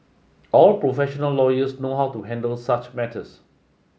all professional lawyers know how to handle such matters